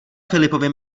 filipovi